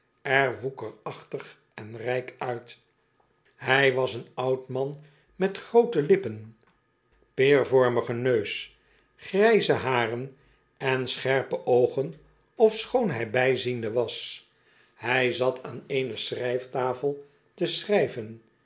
er woekerachtig en rijk uit hij was een oud man met groote lippen peervoreen reiziger die geen handel driji t migen neus grijze haren en scherpe oogen ofschoon hij bijziende was hij zat aan eene schrijftafel te schrijven